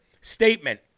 statement